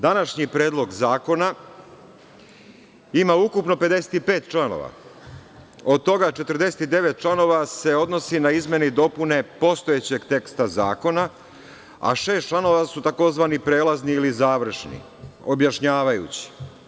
Današnji predlog zakona ima ukupno 55 članova, od toga 49 članova se odnosi na izmene i dopune postojećeg teksta zakona, a šest članova su tzv. prelazni ili završni, objašnjavajući.